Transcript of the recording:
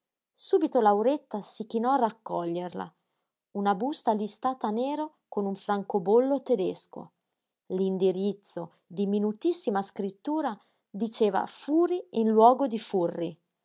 subito lauretta si chinò a raccoglierla una busta listata a nero con un francobollo tedesco l'indirizzo di minutissima scrittura diceva furi in luogo di furri